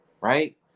right